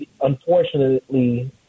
Unfortunately